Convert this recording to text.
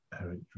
eric